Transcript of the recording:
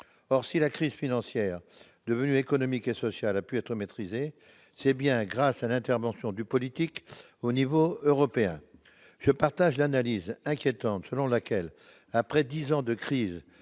Or, si la crise financière, devenue économique et sociale, a pu être maîtrisée, c'est bien grâce à l'intervention du politique au niveau européen. Je partage l'analyse inquiétante selon laquelle, après dix ans de crise,